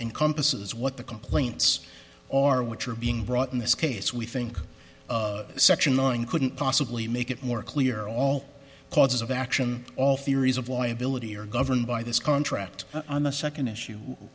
encompasses what the complaints are which are being brought in this case we think section nine couldn't possibly make it more clear all causes of action all theories of liability are governed by this contract on the second issue